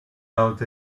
out